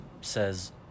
says